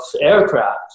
aircraft